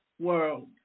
World